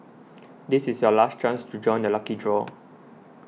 this is your last chance to join the lucky draw